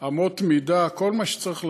לפי אמות מידה, כל מה שצריך לעשות,